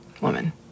woman